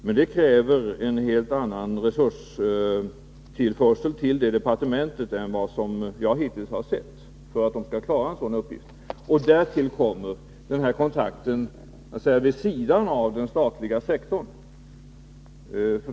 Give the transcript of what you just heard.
Men för att detta departement skall klara en sådan uppgift krävs en helt annan resurstillförsel än vad som hittills förekommit. Därtill kommer något som ligger vid sidan om den statliga sektorn.